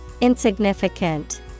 Insignificant